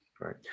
Right